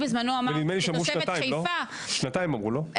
נאמר שנתיים, לא?